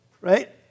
right